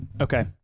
Okay